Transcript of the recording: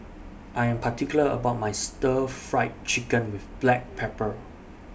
I'm particular about My Stir Fried Chicken with Black Pepper